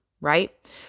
right